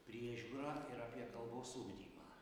priežiūrą ir apie kalbos ugdymą